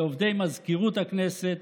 לעובדי מזכירות הכנסת,